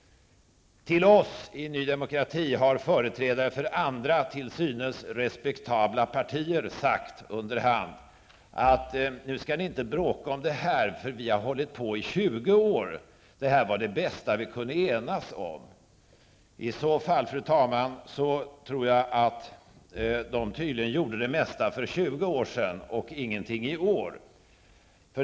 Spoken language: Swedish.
Till oss i Ny Demokrati har företrädare för andra till synes respektabla partier sagt under hand: Nu skall ni inte bråka om det här. Vi har hållit på i 20 år, och det här var det bästa vi kunde enas om. I så fall, fru talman, tror jag att de gjorde det mesta för 20 år sedan och ingenting i år.